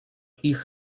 ich